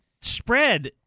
spread –